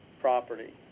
property